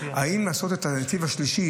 האם לעשות את הנתיב השלישי